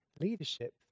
leadership